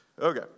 Okay